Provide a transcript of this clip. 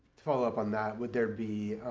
followup on that, would there be